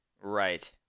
right